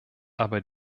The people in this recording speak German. aber